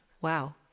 wow